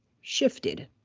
shifted